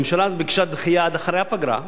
הממשלה אז ביקשה דחייה עד אחרי הפגרה,